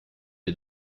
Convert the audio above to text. est